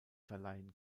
verleihen